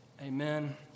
Amen